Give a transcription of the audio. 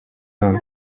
down